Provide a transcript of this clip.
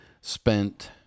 spent